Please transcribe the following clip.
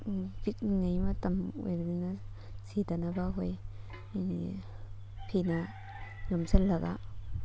ꯄꯤꯛꯂꯤꯉꯩ ꯃꯇꯝ ꯑꯣꯏꯕꯅꯤꯅ ꯁꯤꯗꯅꯕ ꯑꯩꯈꯣꯏ ꯐꯤꯅꯥ ꯌꯣꯝꯁꯜꯂꯒ